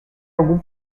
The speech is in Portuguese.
algum